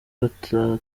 batatu